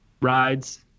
rides